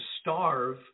starve